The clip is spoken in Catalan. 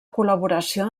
col·laboració